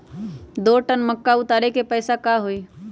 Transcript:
दो टन मक्का उतारे के पैसा का होई?